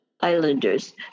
islanders